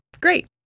great